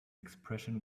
expression